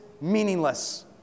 meaningless